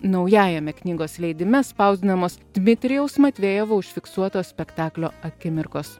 naujajame knygos leidime spausdinamos dmitrijaus matvejevo užfiksuotos spektaklio akimirkos